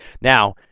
Now